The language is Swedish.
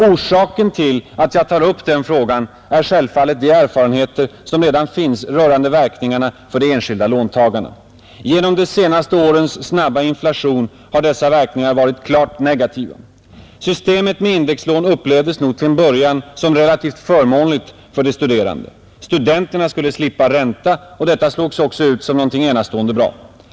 Orsaken till att jag tar upp den frågan är de erfarenheter som redan finns rörande verkningarna för de enskilda låntagarna. Genom de senaste årens snabba inflation har dessa verkningar varit klart negativa. Systemet med indexlån upplevdes nog till en början som relativt förmånligt för de studerande. Studenterna skulle slippa ränta och detta slogs också ut som någonting enastående bra.